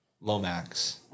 Lomax